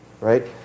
right